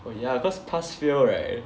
oh yeah cause pass fail right